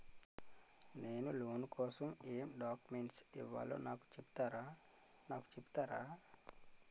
నేను లోన్ కోసం ఎం డాక్యుమెంట్స్ ఇవ్వాలో నాకు చెపుతారా నాకు చెపుతారా?